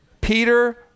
Peter